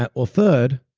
or third,